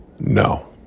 no